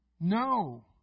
No